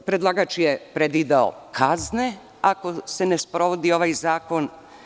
Predlagač je predvideo kazne ako se ne sprovodi ovaj zakon.